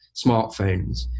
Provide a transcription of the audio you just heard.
smartphones